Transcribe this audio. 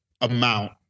amount